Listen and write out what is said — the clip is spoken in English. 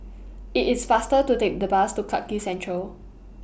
IT IS faster to Take The Bus to Clarke Quay Central